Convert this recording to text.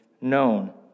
known